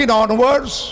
onwards